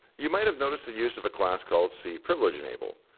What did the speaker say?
you might have noticed the use of a class called c privilege enable.